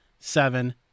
Seven